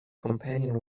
companion